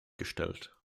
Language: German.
gestellt